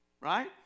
Right